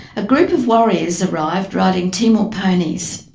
a group of warriors arrived riding timor ponies,